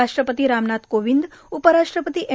राष्ट्रपती रामनाथ कोविंद उपराष्ट्रपती एम